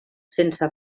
sense